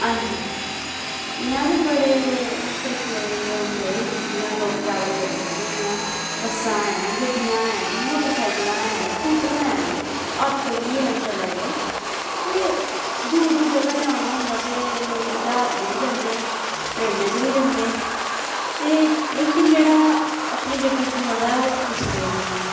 हां जी इ'यां ते बड़े तरीके दे होंदे जियां लोक ट्रेवल करी सकदे जियां बस्सां ऐं गड्डियां ऐं मोटरसाइकलां ऐं स्कूटर ऐं आटो बी हैन चला दे ते दूर दूर जगह् जाना होंदा ते लोक ज्हाज बी जंदे ट्रेनै च बी जंदे ते लेकिन जेह्ड़ा अपनी गड्डी च मजा ऐ ओह् कुसै दे नी ऐ